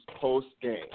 post-game